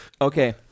Okay